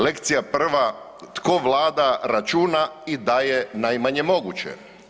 Lekcija prva, tko vlada, računa i daje najmanje moguće.